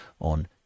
on